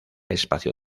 espacio